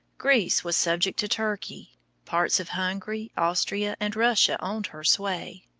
greece was subject to turkey parts of hungary, austria, and russia owned her sway.